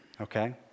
okay